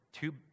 two